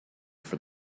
for